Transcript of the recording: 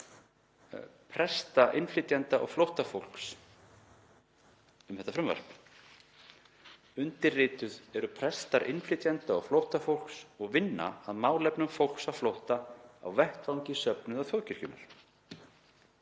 presta, innflytjenda og flóttafólks um þetta frumvarp. „Undirrituð eru prestar innflytjenda og flóttafólks og vinna að málefnum fólks á flótta á vettvangi söfnuða Þjóðkirkjunnar.